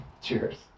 Cheers